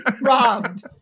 Robbed